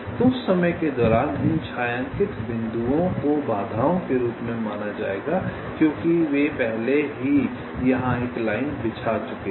तो उस समय के दौरान इन छायांकित बिंदुओं को बाधाओं के रूप में माना जाएगा क्योंकि वे पहले ही यहां एक लाइन बिछा चुके हैं